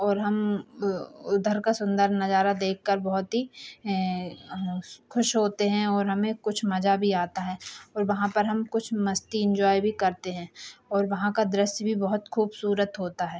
और हम उधर का सुन्दर नज़ारा देखकर बहुत ही ख़ुश होते हैं और हमें कुछ मज़ा भी आता है और वहाँ पर हम कुछ मस्ती एन्जॉय भी करते हैं और वहाँ का दृश्य भी बहुत खूबसूरत होता है